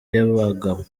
y’abagabo